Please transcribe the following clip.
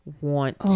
want